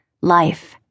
Life